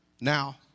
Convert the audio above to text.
now